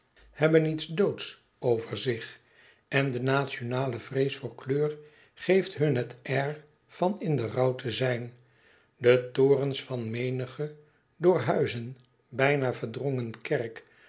ben iets doodseh over zich en de nationale vrees voor kleur geeft hun het air van in den rouw te zijn de torens van menige door huizen bijna verdrongen kerk